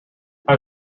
how